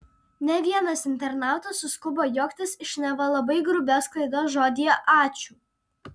ne vienas internautas suskubo juoktis iš neva labai grubios klaidos žodyje ačiū